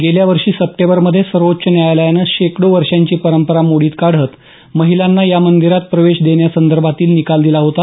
गेल्या वर्षी सप्टेबरमध्ये सर्वोच्च न्यायालयानं शेकडो वर्षांची परंपरा मोडीत काढत महिलांना या मंदिरात प्रवेश देण्यासंदर्भातील निकाल दिला होता